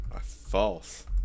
false